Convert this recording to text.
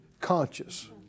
conscious